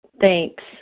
Thanks